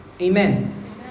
Amen